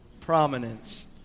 prominence